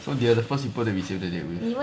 so they're the first we put the save the date with